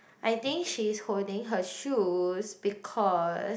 I think she is holding her shoes because